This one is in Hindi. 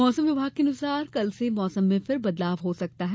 मौसम विभाग के अनुसार कल से मौसम में फिर बदलाव हो सकता है